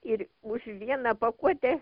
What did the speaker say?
ir už vieną pakuotę